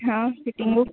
हा फिटिंगूं